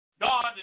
God